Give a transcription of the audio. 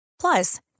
Plus